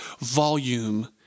volume